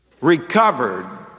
recovered